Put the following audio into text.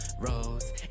Rose